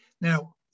Now